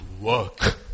work